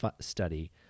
study